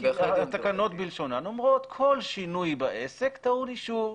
התקנות בלשונן אומרות כל שינוי בעסק טעון אישור.